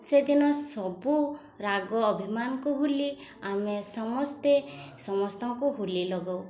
ସେଦିନ ସବୁ ରାଗ ଅଭିମାନଙ୍କୁ ଭୁଲି ଆମେ ସମସ୍ତେ ସମସ୍ତଙ୍କୁ ହୋଲି ଲଗାଉ